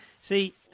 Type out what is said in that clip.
See